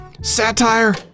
satire